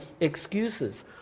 excuses